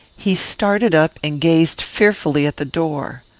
he started up, and gazed fearfully at the door.